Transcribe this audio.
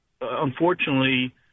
unfortunately